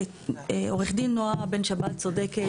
עו"ד נעה בן שבת צודקת.